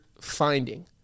finding